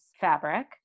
fabric